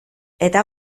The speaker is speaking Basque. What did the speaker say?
eta